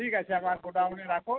ঠিক আছে আমার গোডাউনে রাখো